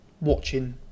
watching